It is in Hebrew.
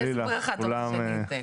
מה, איזו ברכה אתה רוצה שאני אתן?